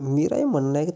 मेरा मन्नना ऐ कि